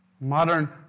Modern